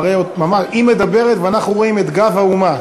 היא מדברת ואנחנו רואים את גב האומה,